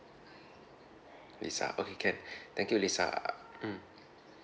lisa okay can thank you lisa uh mm